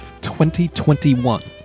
2021